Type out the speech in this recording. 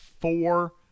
four